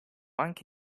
anche